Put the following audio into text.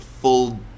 full